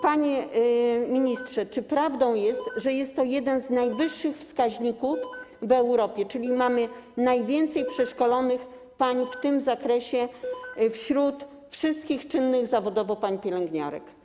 Panie ministrze, czy prawdą jest, że jest to jeden z najwyższych wskaźników w Europie, czyli czy mamy najwięcej przeszkolonych pań w tym zakresie wśród wszystkich czynnych zawodowo pań pielęgniarek?